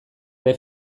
ere